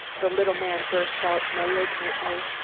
the little man burst out malignantly.